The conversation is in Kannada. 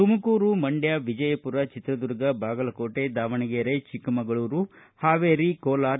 ತುಮಕೂರು ಮಂಡ್ಡ ವಿಜಯಪುರ ಚಿತ್ರದುರ್ಗ ಬಾಗಲಕೋಟೆ ದಾವಣಗೆರೆ ಚಿಕ್ಕಮಗಳೂರು ಹಾವೇರಿ ಕೋಲಾರ